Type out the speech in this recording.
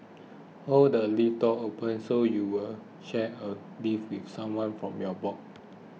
hold the lift door open so you'll share a lift with someone from your block